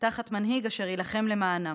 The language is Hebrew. תחת מנהיג אשר יילחם למענם.